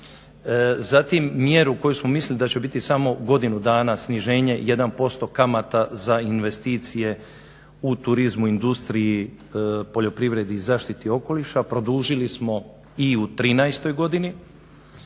Zatim mjeru koju smo mislili da će biti samo godinu dana sniženje jedan posto kamata za investicije u turizmu, industriji, poljoprivredi i zaštiti okoliša produžili smo i u trinaestoj godini.